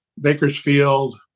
Bakersfield